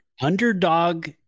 Underdog